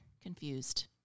confused